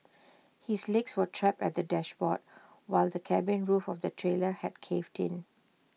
his legs were trapped at the dashboard while the cabin roof of the trailer had caved in